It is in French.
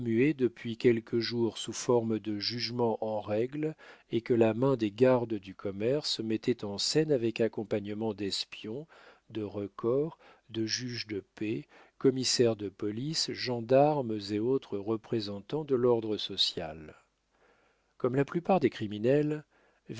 depuis quelques jours sous forme de jugements en règle et que la main des gardes du commerce mettait en scène avec accompagnement d'espions de recors de juges de paix commissaires de police gendarmes et autres représentants de l'ordre social comme la plupart des criminels